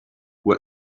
were